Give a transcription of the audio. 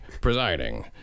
presiding